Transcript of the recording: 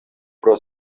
pro